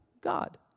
God